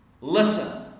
listen